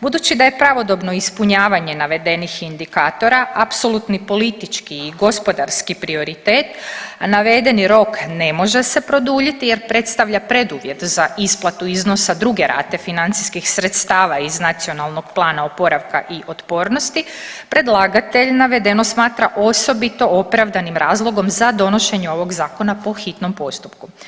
Budući da je pravodobno ispunjavanje navedenih indikatora apsolutni politički i gospodarski prioritet navedeni rok ne može se produljiti jer predstavlja preduvjet za isplatu iznosa druge rate financijskih sredstava iz Nacionalnog plana oporavka i otpornosti predlagatelj navedeno smatra osobito opravdanim razlogom za donošenje ovog zakona po hitnom postupku.